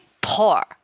poor